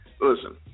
Listen